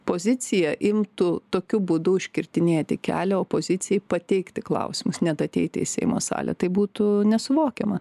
pozicija imtų tokiu būdu užkirtinėti kelią opozicijai pateikti klausimus net ateiti į seimo salę tai būtų nesuvokiama